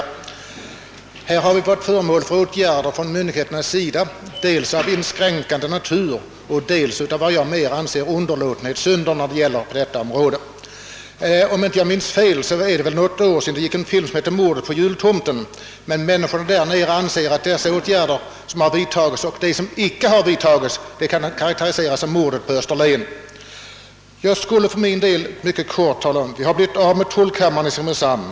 Vi har från myndigheternas sida varit föremål för åtgärder som dels har varit av inskränkande natur och dels har varit underlåtenhetssynder på detta område. För en del år sedan gick en film som hette »Mordet på jultomten». Människorna i det aktuella området anser faktiskt att de åtgärder som vidtagits och de åtgärder som icke vidtagits kan sammanföras under rubriken »Mordet på Österlen». Vi har blivit av med tullkammaren i Simrishamn.